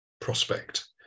prospect